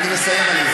אני מסיים.